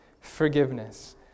forgiveness